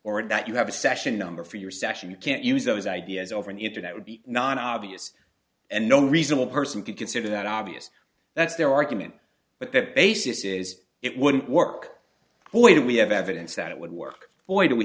or that you have a session number for your session you can't use those ideas over the internet would be non obvious and no reasonable person could consider that obvious that's their argument but that basis is it wouldn't work boy do we have evidence that would work boy